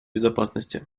безопасности